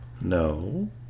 No